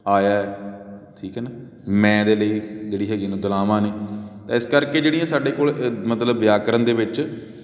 ਆਇਆ ਹੈ ਠੀਕ ਹੈ ਨਾ ਮੈਂ ਦੇ ਲਈ ਜਿਹੜੀ ਹੈਗੀ ਉਹਨੂੰ ਦੁਲਾਵਾਂ ਨੇ ਤਾਂ ਇਸ ਕਰਕੇ ਜਿਹੜੀਆਂ ਸਾਡੇ ਕੋਲ ਮਤਲਬ ਵਿਆਕਰਨ ਦੇ ਵਿੱਚ